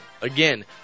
Again